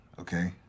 okay